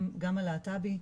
גם הלהט"בי,